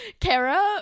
Kara